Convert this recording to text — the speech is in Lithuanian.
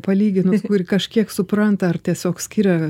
palyginus kažkiek supranta ar tiesiog skiria